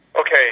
Okay